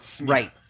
right